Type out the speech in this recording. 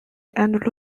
and